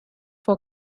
for